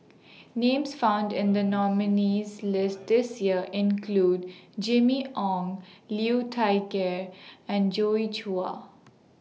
Names found in The nominees' list This Year include Jimmy Ong Liu Thai Ker and Joi Chua